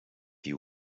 you